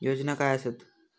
योजना काय आसत?